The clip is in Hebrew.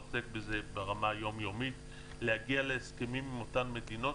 עוסק בזה ברמה יום-יומית להגיע להסכמים עם אותן מדינות,